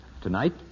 Tonight